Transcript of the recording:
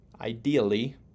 ideally